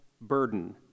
burden